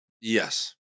Yes